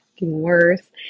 worse